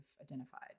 identified